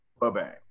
Bye-bye